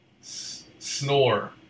Snore